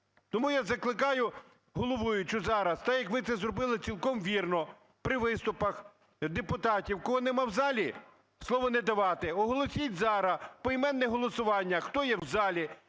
Тому я закликаю головуючу зараз, так як ви це зробили цілком вірно: при виступах депутатів, кого нема в залі, слово не давати. Оголосіть зараз поіменне голосування, хто є в залі,